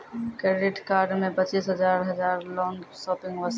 Credit card मे पचीस हजार हजार लोन शॉपिंग वस्ते?